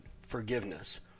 forgiveness